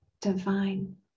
divine